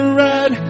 red